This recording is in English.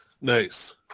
Nice